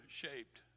shaped